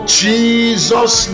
jesus